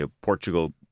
Portugal